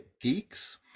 geeks